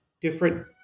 different